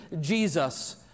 Jesus